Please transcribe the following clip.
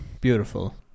beautiful